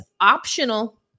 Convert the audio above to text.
optional